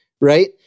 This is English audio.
right